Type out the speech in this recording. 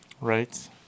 right